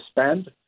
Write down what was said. spend